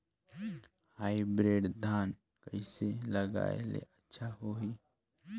Hybrid धान कइसे लगाय ले अच्छा होही?